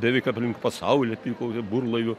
beveik aplink pasaulį apiplaukė burlaiviu